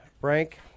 Frank